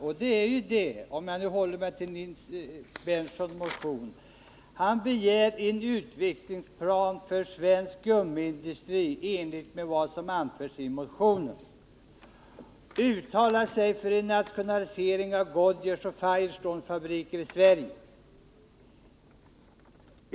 I den motion som är undertecknad av Nils Berndtson yrkas att riksdagen begär en utvecklingsplan för svensk gummiindustri i enlighet med vad som anförts i motionen och uttalar sig för en nationalisering av Goodyears och Firestones fabriker i Sverige.